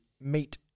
meet